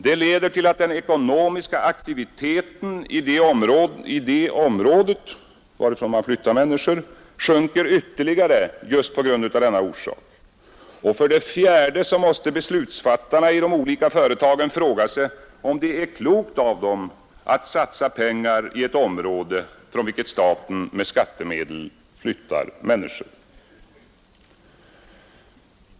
Den leder till att den ekonomiska aktiviteten i det område, varifrån man flyttar människorna, sjunker ytterligare just av denna orsak. För det fjärde måste beslutsfattarna i de olika företagen fråga sig, om det är klokt av dem att satsa pengar i ett område, från vilket staten med skattemedel flyttar människor.